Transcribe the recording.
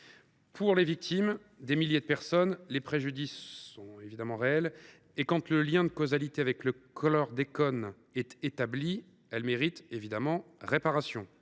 Pour les victimes, qui sont des milliers de personnes, les préjudices sont évidemment réels ; quand le lien de causalité avec le chlordécone est établi, elles méritent réparation.